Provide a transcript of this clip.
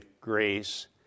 grace